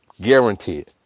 Guaranteed